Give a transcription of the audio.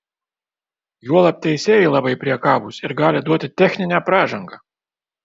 juolab teisėjai labai priekabūs ir gali duoti techninę pražangą